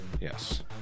Yes